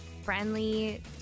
friendly